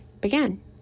began